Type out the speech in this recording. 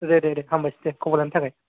दे दे दे हामबायसै खबर लानायनि थाखाय